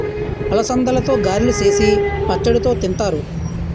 అలసందలతో గారెలు సేసి పచ్చడితో తింతారు